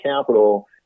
capital